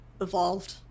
evolved